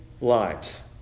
lives